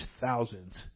thousands